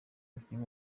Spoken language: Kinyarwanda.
umukinnyi